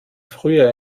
früher